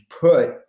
put